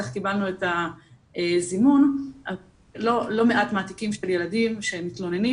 כך קיבלנו את הזימון לא מעט מהתיקים של ילדים שהם מתלוננים,